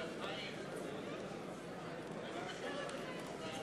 איתן, מצביע